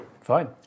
Fine